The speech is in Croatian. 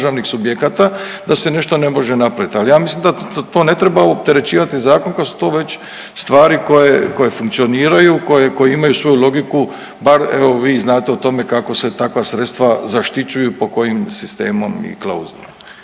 da se nešto ne može napraviti, ali ja mislim da to ne treba opterećivati zakon, ako se to već stvari koje funkcioniraju, koje imaju svoju logiku, bar evo vi znate o tome kako se takva sredstva zaštićuju i po kojim sistemom i klauzulom.